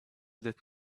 that